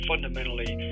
fundamentally